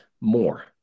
more